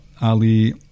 Ali